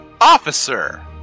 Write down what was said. officer